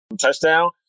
touchdown